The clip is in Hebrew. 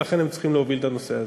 ולכן הם צריכים להוביל את הנושא הזה.